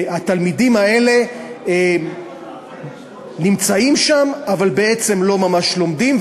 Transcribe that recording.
והתלמידים האלה נמצאים שם אבל בעצם לא ממש לומדים,